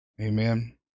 amen